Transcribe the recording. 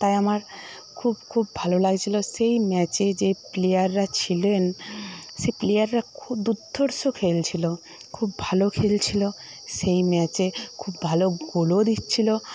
তা আমার খুব খুব ভালো লাগছিলো সেই ম্যাচে যে প্লেয়াররা ছিলেন সেই প্লেয়াররা খুব দুর্ধর্ষ খেলছিলো খুব ভালো খেলছিলো সেই ম্যাচে খুব ভালো গোলও দিচ্ছিলো